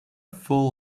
full